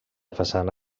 façana